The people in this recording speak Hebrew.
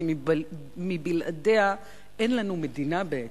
כי בלעדיה אין לנו מדינה בעצם.